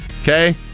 okay